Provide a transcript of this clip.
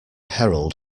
herald